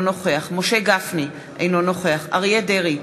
אינו נוכח משה גפני, אינו נוכח אריה דרעי,